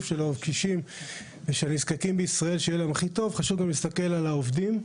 של הקשישים ושל הנזקקים בישראל חשוב גם להסתכל על העובדים.